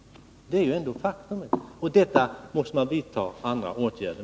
Det är ett faktum. Vi måste vidta andra åtgärder.